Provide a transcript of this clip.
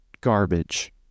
garbage